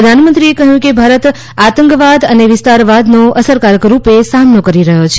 પ્રધાનમંત્રીએ કહ્યું કે ભારત આતંકવાદ અને વિસ્તારવાદનો અસરકારક રૂપે સામનો કરી રહ્યો છે